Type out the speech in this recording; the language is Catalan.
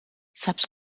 saps